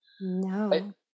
No